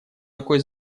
такой